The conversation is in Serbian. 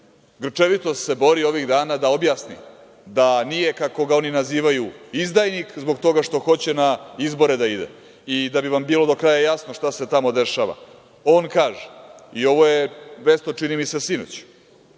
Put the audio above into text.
grčevito se bori ovih dana da objasni da nije, kako ga oni nazivaju, izdajnik, zbog toga što hoće na izbore da ide. Da bi vam bilo do kraja jasno šta se tamo dešava. On kaže, i ovo je vest od, čini mi se, sinoć,